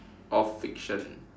of fiction